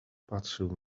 patrzył